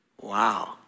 Wow